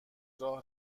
راه